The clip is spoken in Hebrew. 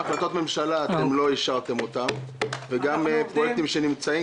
גם החלטות ממשלה לא אישרתם וגם פרויקטים שנמצאים